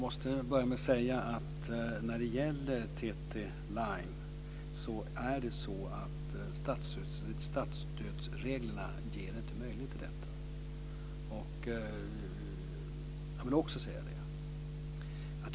Fru talman! Statsstödsreglerna ger inte möjlighet till detta för TT-Line.